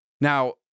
Now